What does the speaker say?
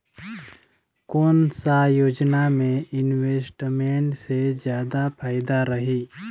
कोन सा योजना मे इन्वेस्टमेंट से जादा फायदा रही?